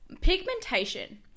pigmentation